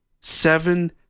seven